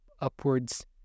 upwards